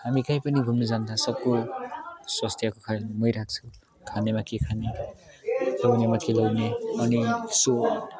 हामी कहीँ पनि घुम्नु जाँदा सबको स्वास्थ्यको ख्याल मै राख्छु खानेमा के खाने गर्नेमा के गर्ने अनि